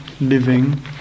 living